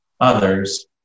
others